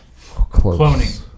Cloning